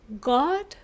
God